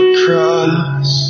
cross